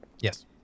Yes